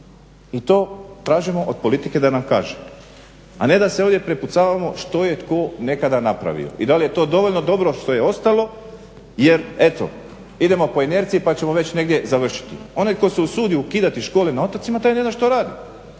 I to tražimo od politike da nam kaže a ne da se ovdje prepucavamo što je tko nekada napravio i da li je to dovoljno dobro što je ostalo jer eto idemo po inerci pa ćemo već negdje završiti. Onaj tko se usudi ukidati škole na otocima, taj ne zna što radi